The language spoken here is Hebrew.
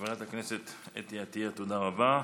חברת הכנסת אתי עטייה, תודה רבה.